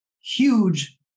huge